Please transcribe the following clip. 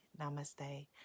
Namaste